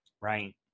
Right